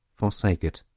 forsake it.